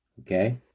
Okay